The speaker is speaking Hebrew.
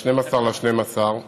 12 בדצמבר,